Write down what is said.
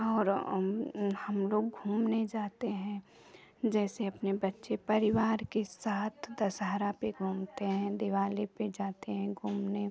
और हम लोग घूमने जाते हैं जैसे अपने बच्चे परिवार के साथ दसहरा पे घूमते हैं दिवाली पे जाते हैं घूमने